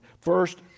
First